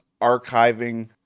archiving